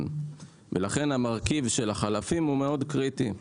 ולכן המרכיב של החלפים הוא מאוד קריטי.